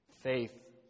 faith